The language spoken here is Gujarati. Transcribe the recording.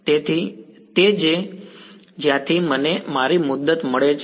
તેથી તે છે જ્યાંથી મને મારી મુદત મળે છે